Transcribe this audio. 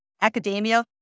academia